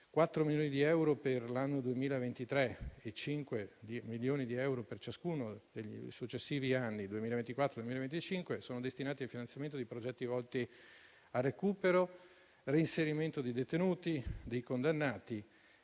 4 milioni di euro per l'anno 2023 e 5 milioni di euro per ciascuno dei successivi anni, 2024 e 2025, destinati al finanziamento di progetti volti al recupero e al reinserimento di detenuti e condannati,